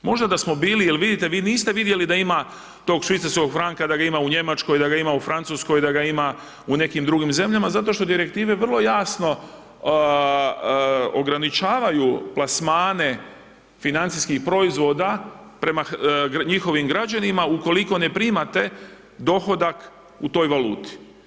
Možda da smo bili jer vidite vi niste vidjeli da ima tog švicarskog franka, da ga ima u Njemačkoj, da ga ima u Francuskoj, da ga ima u nekim drugim zemljama, zato što direktive vrlo jasno ograničavaju plasmane financijskih proizvoda prema njihovim građanima ukoliko ne primate dohodak u toj valuti.